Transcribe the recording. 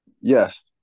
Yes